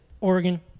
oregon